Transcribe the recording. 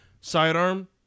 Sidearm